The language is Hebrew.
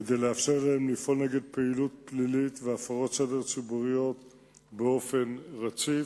כדי לאפשר להם לפעול נגד פעילות פלילית והפרות סדר ציבוריות באופן רציף.